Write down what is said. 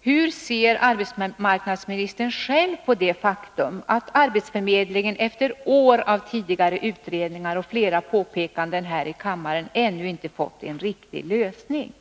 Hur ser arbetsmarknadsministern på det faktum att frågan om artistförmedlingen, efter år av tidigare utredningar och flera påpekanden här i kammaren, ännu inte har fått en riktig lösning?